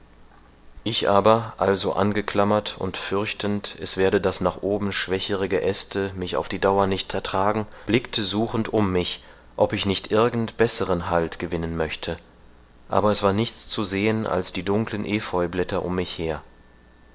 ich aber also angeklammert und fürchtend es werde das nach oben schwächere geäste mich auf die dauer nicht ertragen blickte suchend um mich ob ich nicht irgend besseren halt gewinnen möchte aber es war nichts zu sehen als die dunklen epheublätter um mich her